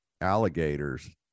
alligators